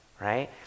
right